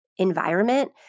environment